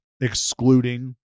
excluding